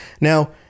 Now